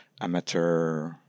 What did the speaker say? amateur